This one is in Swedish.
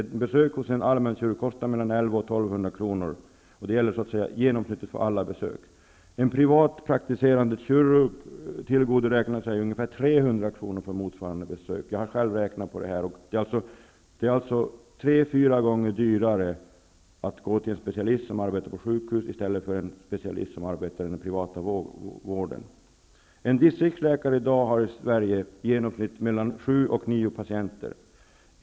Ett besök hos en allmänkirurg kostar mellan 1 100 och 1 200 kr., vilket är genomsnittskostnaden för alla specialistbesök. En privatpraktiserande kirurg tillgodoräknar sig ca 300 kr. för motsvarande besök. Jag har själv räknat ut det här. Det är alltså tre fyra gånger dyrare att gå till en specialist som arbetar på ett sjukhus jämfört med att gå till en specialist som arbetar inom den privata vården. En distriktsläkare i Sverige har i dag i genomsnitt mellan sju och nio patienter per dag.